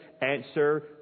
Answer